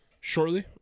shortly